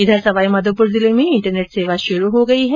इधर सवाईमाघोपुर जिले में इंटरनेट सेवा शुरू हो गई है